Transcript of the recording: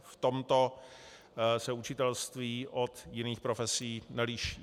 V tomto se učitelství od jiných profesí neliší.